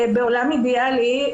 בעולם אידיאלי,